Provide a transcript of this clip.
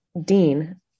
Dean